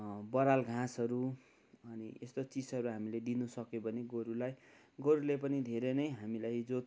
बडाल घाँसहरू अनि यस्तो चिजहरू दिनुसक्यो भने गोरूलाई गोरूले पनि धेरै नै हामीलाई जोत